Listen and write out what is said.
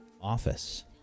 office